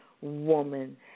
woman